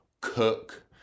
cook